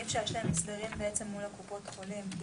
אי-אפשר, בעצם, יש מסלולים מול קופות החולים.